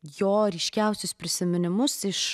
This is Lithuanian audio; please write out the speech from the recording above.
jo ryškiausius prisiminimus iš